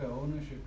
ownership